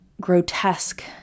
grotesque